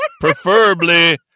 Preferably